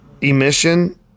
emission